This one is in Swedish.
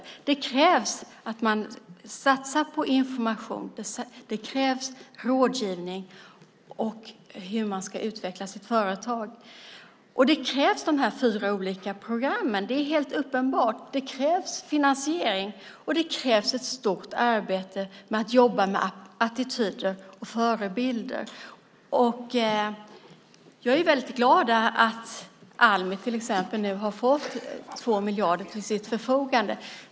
Det krävs att man satsar på information och rådgivning i hur företag utvecklas. De fyra programmen krävs. Det är uppenbart. Det krävs finansiering och det krävs ett stort arbete med attityder och förebilder. Jag är glad att Almi har fått 2 miljarder till sitt förfogande.